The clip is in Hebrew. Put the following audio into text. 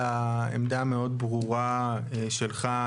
על העמדה המאוד ברורה שלך,